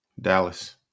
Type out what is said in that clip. Dallas